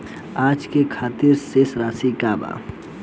आज के खातिर शेष राशि का बा?